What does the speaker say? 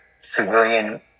civilian